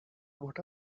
what